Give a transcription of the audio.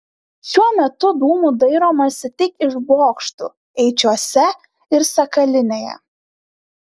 šiuo metu dūmų dairomasi tik iš bokštų eičiuose ir sakalinėje